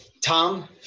Tom